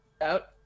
out